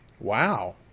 Wow